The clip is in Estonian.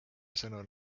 sõnul